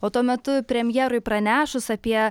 o tuo metu premjerui pranešus apie